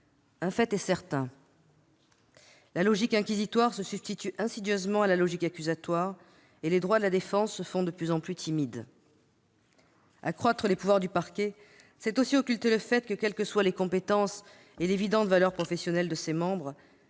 Un fait est certain : la logique inquisitoire se substitue insidieusement à la logique accusatoire, et les droits de la défense se font de plus en plus timides. Accroître les pouvoirs du parquet, c'est aussi occulter le fait que, quelles que soient les compétences et l'évidente valeur professionnelle de ses membres,